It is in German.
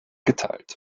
geteilt